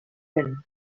vent